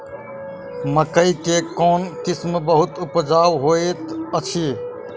मकई केँ कोण किसिम बहुत उपजाउ होए तऽ अछि?